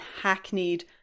hackneyed